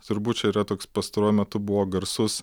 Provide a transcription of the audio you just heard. turbūt čia yra toks pastaruoju metu buvo garsus